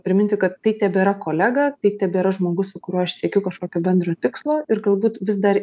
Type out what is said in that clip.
priminti kad tai tebėra kolega tai tebėra žmogus su kuriuo aš siekiu kažkokio bendro tikslo ir galbūt vis dar